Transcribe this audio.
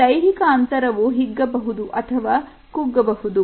ಈ ದೈಹಿಕ ಅಂತರವು ಹಿಗ್ಗಬಹುದು ಅಥವಾ ಕುಗ್ಗಬಹುದು